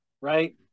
right